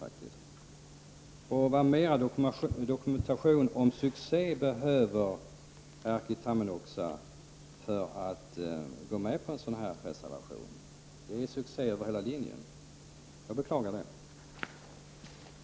Vilken ytterligare dokumentation om succé behöver Erkki Tammenoksa för att ställa sig bakom en sådan reservation? Det är succé över hela linjen. Jag beklagar att Erkki Tammenoksa inte vill ansluta sig.